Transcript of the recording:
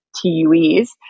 TUEs